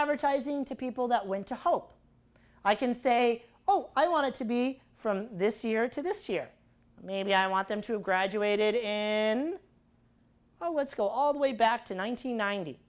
advertising to people that went to hope i can say oh i want to be from this year to this year maybe i want them to graduated in oh let's go all the way back to one nine